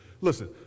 listen